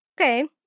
Okay